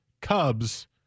cubs